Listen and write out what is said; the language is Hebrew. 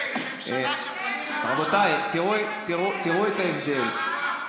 אתם ממשלה, רבותיי, תראו את ההבדל.